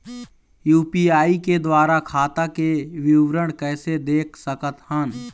UPI के द्वारा खाता के विवरण कैसे देख सकत हन?